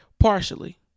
Partially